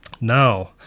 Now